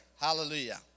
Hallelujah